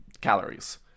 calories